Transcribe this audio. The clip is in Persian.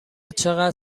چقدر